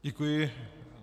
Děkuji.